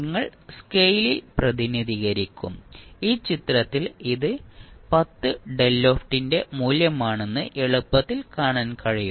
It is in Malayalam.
നിങ്ങൾ സ്കെയിലിൽ പ്രതിനിധീകരിക്കും ഈ ചിത്രത്തിൽ ഇത് 10 ന്റെ മൂല്യമാണെന്ന് എളുപ്പത്തിൽ കാണാൻ കഴിയും